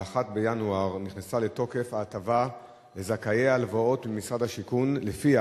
ב-1 בינואר נכנסה לתוקף הטבה לזכאי הלוואות משרד השיכון שלפיה